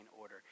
order